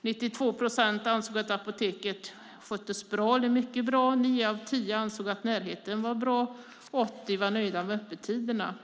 92 procent ansåg att apoteket sköttes bra eller mycket bra. Nio av tio ansåg att närheten var bra. Och 80 var nöjda med öppettiderna.